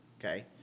Okay